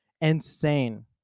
insane